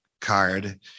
card